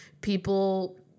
people